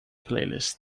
playlist